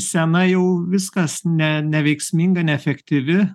senas jau viskas ne neveiksminga neefektyvi